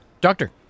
Doctor